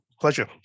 Pleasure